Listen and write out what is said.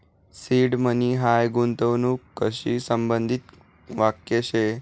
seed money हायी गूंतवणूकशी संबंधित वाक्य शे